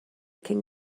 cyn